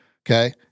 Okay